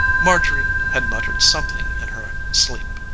marjorie had muttered something in her sleep.